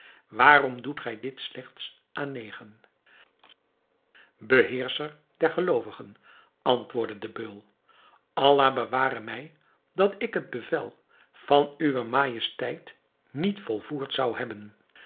waarom doet gij dit slechts aan negen beheerscher der geloovigen antwoordde de beul allah beware mij dat ik het bevel van uwe majesteit niet volvoerd zou hebben